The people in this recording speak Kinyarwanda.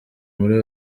muri